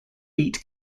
beat